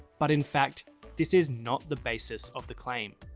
but in fact this is not the basis of the claim.